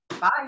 Bye